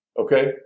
okay